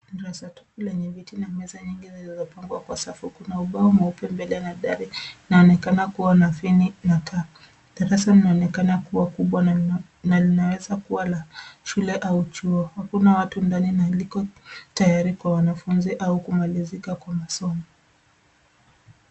Darasa tupu lenye viti na meza nyingi zilizopangwa kwa safu. Kuna ubao mweupe mbele na dari linaonekana kuwa na fini na taa. Darasa linaonekana kuwa kubwa na linaweza kuwa la shule au chuo. Hakuna watu ndani na liko tayari kwa wanafunzi au kumalizika kwa masomo.